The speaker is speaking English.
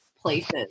places